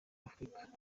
afrika